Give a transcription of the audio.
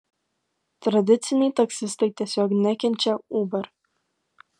tradiciniai taksistai tiesiog nekenčia uber